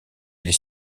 les